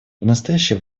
настоящее